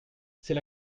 c’est